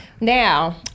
Now